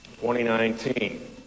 2019